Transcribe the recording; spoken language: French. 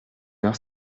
heure